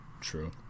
True